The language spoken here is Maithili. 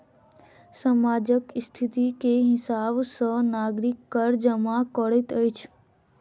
सामाजिक स्थिति के हिसाब सॅ नागरिक कर जमा करैत अछि